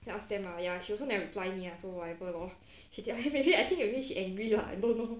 then ask them lah ya she also never reply me lah so whatever lor actually I think maybe she angry lah I don't know